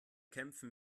kämpfen